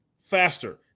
faster